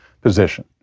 position